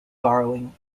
borrowing